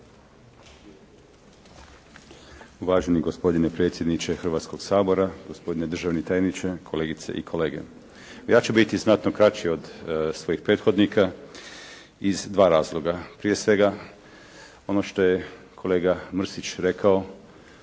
Uvaženi gospodine predsjedniče Hrvatskoga sabora, gospodine državni tajniče, kolegice i kolege. Ja ću biti znatno kraći od svojih prethodnika iz dva razloga. Prije svega ono što je kolega Mrsić rekao